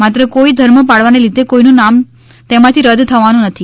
માત્ર કોઈ ધર્મ પાળવાને લીધે કોઈનું નામ તેમાથી રદ્દ થવાનું નથી